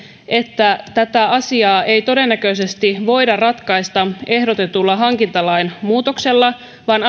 että tätä asiaa ei todennäköisesti voida ratkaista ehdotetulla hankintalain muutoksella vaan